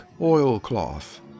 oilcloth